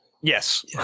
Yes